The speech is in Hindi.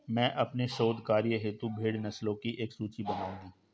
मैं अपने शोध कार्य हेतु भेड़ नस्लों की एक सूची बनाऊंगी